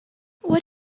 what